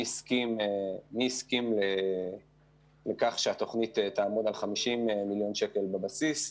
מי הסכים לכך שהתוכנית תעמוד על 50 מיליון שקלים בבסיס,